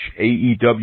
AEW